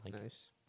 Nice